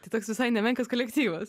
tai toks visai nemenkas kolektyvas